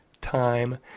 time